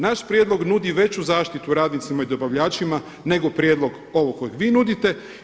Naš prijedlog nudi veću zaštitu radnicima i dobavljačima nego prijedlog ovog kojeg vi nudite.